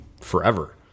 forever